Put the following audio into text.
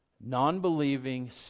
Non-believing